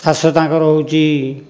ଚାଷ ତାଙ୍କର ହେଉଛି